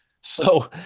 So-